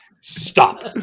stop